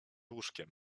łóżkiem